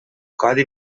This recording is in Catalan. codi